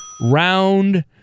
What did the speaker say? round